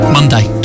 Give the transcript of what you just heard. Monday